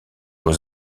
aux